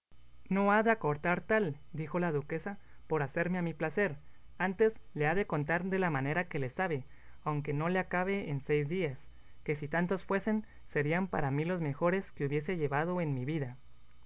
no ha de acortar tal dijo la duquesa por hacerme a mí placer antes le ha de contar de la manera que le sabe aunque no le acabe en seis días que si tantos fuesen serían para mí los mejores que hubiese llevado en mi vida